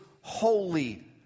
Holy